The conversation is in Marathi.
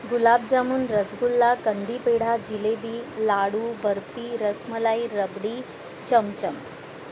गुलाबजामून रसगुल्ला कंदीपेढा जिलेबी लाडू बर्फी रसमलाई रबडी चमचम